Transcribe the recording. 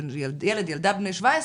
ילד/ילדה בני 17,